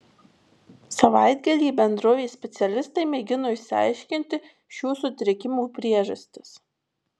savaitgalį bendrovės specialistai mėgino išsiaiškinti šių sutrikimų priežastis